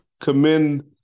commend